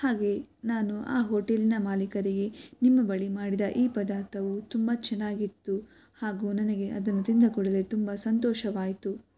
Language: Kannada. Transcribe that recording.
ಹಾಗೆ ನಾನು ಆ ಹೋಟೆಲಿನ ಮಾಲೀಕರಿಗೆ ನಿಮ್ಮ ಬಳಿ ಮಾಡಿದ ಈ ಪದಾರ್ಥವು ತುಂಬ ಚೆನ್ನಾಗಿತ್ತು ಹಾಗೂ ನನಗೆ ಅದನ್ನು ತಿಂದ ಕೂಡಲೇ ತುಂಬ ಸಂತೋಷವಾಯಿತು